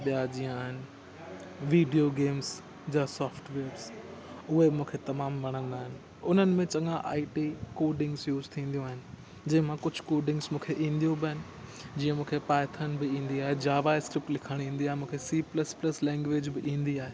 ॿिया जीअं आहिनि वीडियो गेम्स जा सॉफ़्टवेयर्स उहे मूंखे तमामु वणंदा आहिनि उन्हनि में चङा आई टी कोडिंग्स यूज़ थींदियूं आहिनि जंहिं मां कुझु कोडिंग्स मूंखे ईंदियूं बि आहिनि जीअं मूंखे पायथन बि ईंदी आहे जावा स्क्रिप्ट लिखणु ईंदी आहे मूंखे सी प्लस प्लस लैग्वेज़ बि ईंदी आहे